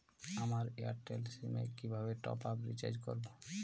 আমার Airtel SIM এ কিভাবে টপ আপ রিচার্জ করবো?